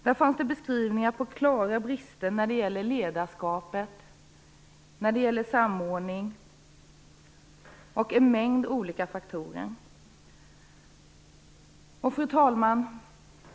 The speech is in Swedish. Där fanns beskrivningar av klara brister när det gäller ledarskap, samordning och en mängd olika faktorer. Fru talman!